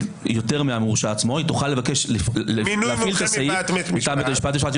יותר מהמורשע עצמו היא תוכל לבקש להפעיל את הסעיף מטעם בתי המשפט.